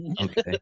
Okay